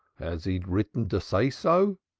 has he written to say so?